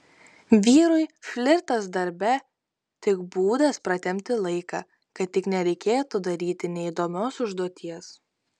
vyrui flirtas darbe tik būdas pratempti laiką kad tik nereikėtų daryti neįdomios užduoties